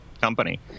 company